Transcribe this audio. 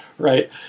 Right